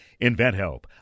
InventHelp